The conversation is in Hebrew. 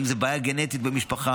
אם זו בעיה גנטית במשפחה.